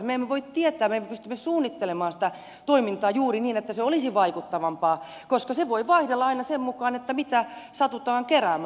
me emme voi tätä tietää me emme pysty suunnittelemaan sitä toimintaa juuri niin että se olisi vaikuttavampaa koska se voi vaihdella aina sen mukaan mitä satutaan keräämään